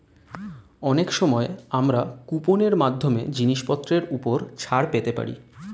অনেক সময় আমরা কুপন এর মাধ্যমে জিনিসপত্রের উপর ছাড় পেতে পারি